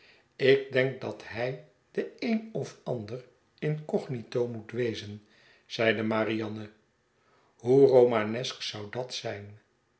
ik denk dat hij de een of ander incognito moet wezen zeide marianne hoe romanesk zou dat zijn